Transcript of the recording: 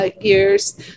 years